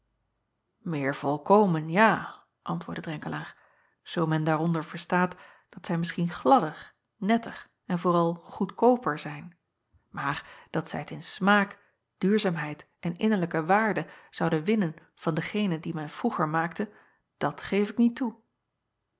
eer volkomen ja antwoordde renkelaer zoo men daaronder verstaat dat zij misschien gladder netter en vooral goedkooper zijn maar dat zij t in smaak duurzaamheid en innerlijke waarde zouden winnen van degene die men vroeger maakte dat geef ik niet toe